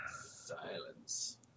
Silence